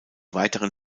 weiteren